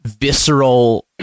visceral